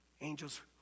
Angels